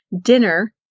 dinner